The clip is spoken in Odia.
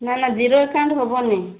ନାଁ ନାଁ ଜିରୋ ଆକାଉଣ୍ଟ ହେବନି